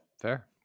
Fair